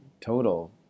total